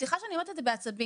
סליחה שאני אומרת את זה בעצבים,